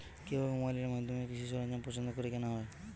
কিভাবে মোবাইলের মাধ্যমে কৃষি সরঞ্জাম পছন্দ করে কেনা হয়?